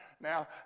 Now